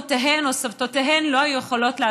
שאימותיהן או סבתותיהן לא היו יכולות לעשות.